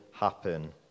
happen